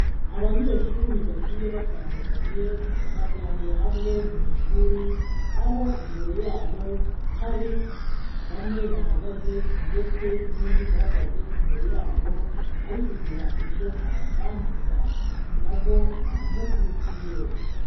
Abanyeshuri bagiye batandukanye bateraniye hamwe mu ishuri, aho imbere yabo hari bamwe bahagaze ndetse n'undi uhagaze imbere yabo, ari kugira icyo abasangiza na bo baramukurikiye.